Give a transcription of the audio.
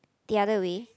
the other way